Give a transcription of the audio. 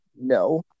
No